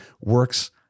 works